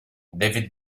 david